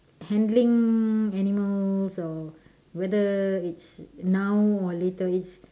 handling animals or whether it's now or later it's